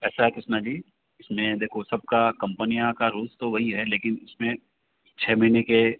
ऐसा है कृष्णा जी इस में देखो सब का कंपनीयां का रुल्स तो वही है लेकिन उस में छः महीने के